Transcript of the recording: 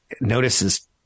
notices